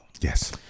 Yes